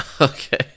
Okay